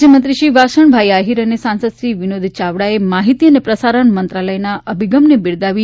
રાજ્યમંત્રી શ્રી વાસણભાઈ આફીર અને સાંસદ શ્રી વિનોદ યાવડાએ માહિતી અને પ્રસારણ મંત્રાલયના અભિગમને બિરદાવી